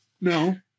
no